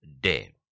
day